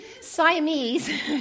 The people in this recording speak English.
Siamese